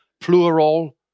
plural